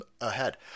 ahead